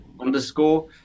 underscore